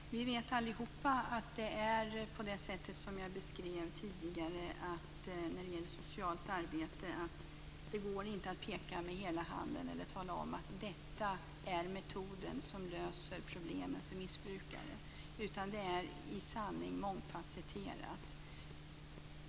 Fru talman! Vi vet allihop att det är på det sätt som jag beskrev tidigare när det gäller socialt arbete, att det inte går att peka med hela handen eller tala om att detta är metoden som löser problemen för missbrukare, för problemet är i sanning mångfasetterat.